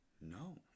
No